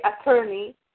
attorney